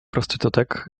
prostytutek